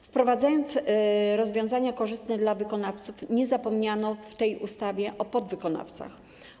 Wprowadzając rozwiązania korzystne dla wykonawców, nie zapomniano w tej ustawie o podwykonawcach.